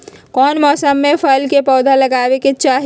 कौन मौसम में फल के पौधा लगाबे के चाहि?